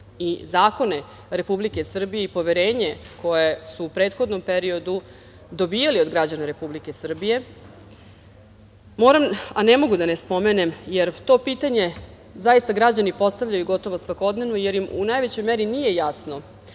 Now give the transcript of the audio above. i zakone Republike Srbije i poverenje koje su u prethodnom periodu dobijali od građana Republike Srbije, moram, a ne mogu da ne spomenem, jer to pitanje zaista građani postavljaju gotovo svakodnevno, jer im u najvećoj meri nije jasno